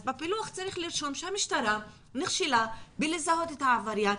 אז בפילוח צריך לרשום שהמשטרה נכשלה בלזהות את העבריין.